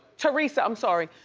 theresa, i'm sorry.